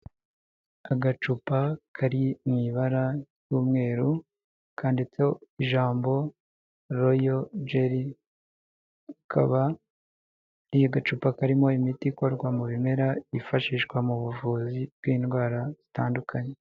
Agacupa, kari mu ibara ry'umweru kandiditseho ijambo, royo jeri, akaba ari agacupa karimo imiti ikorwa mu bimera yifashishwa mu buvuzi bw'indwara zitandukanye.